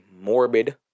morbid